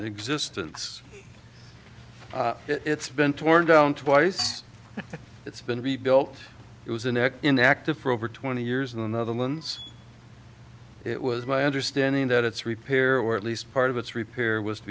existence it's been torn down twice it's been rebuilt it was an echo inactive for over twenty years in another once it was my understanding that it's repair where at least part of its repair was to